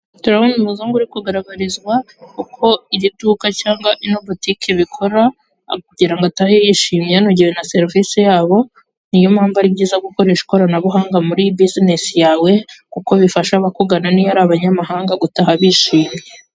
Turabona umuzungu uri kugaragarizwa uko iri duka cyangwa ino butike ibikora. Kugira ngo atahe yishimye yanogewe na serivisi yabo. Ni yo mpamvu ari byiza gukoresha ikoranabuhanga muri bizinesi yawe kuko bifasha abakugana n'iyo ari abanyamahanga gutaha bishimye.